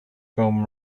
film